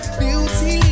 beauty